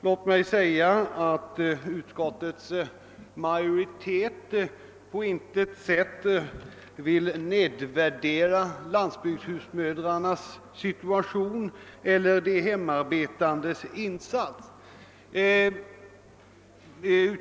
Låt mig säga att utskottets majoritet på intet sätt vill nedvärdera landsbygdshusmödrarnas eller de hemarbetandes insatser.